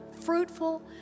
fruitful